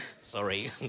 Sorry